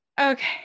Okay